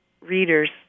Readers